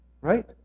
right